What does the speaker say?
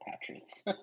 Patriots